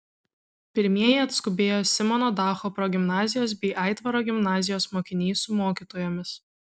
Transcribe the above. pirmieji atskubėjo simono dacho progimnazijos bei aitvaro gimnazijos mokiniai su mokytojomis